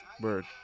Bird